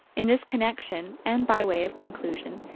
in this connection, and by way of conclusion,